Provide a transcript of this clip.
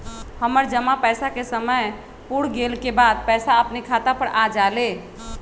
हमर जमा पैसा के समय पुर गेल के बाद पैसा अपने खाता पर आ जाले?